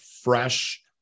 fresh